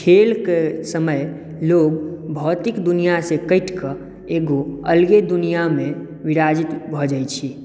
खेलके समय लोक भौतिक दुनिऑं सॅं कटिकऽ एगो अलगे दुनिऑंमे विराजित भऽ जाइत छै